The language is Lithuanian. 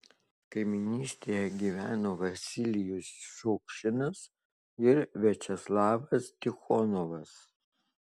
kaimynystėje gyveno vasilijus šukšinas ir viačeslavas tichonovas